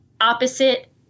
opposite